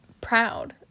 proud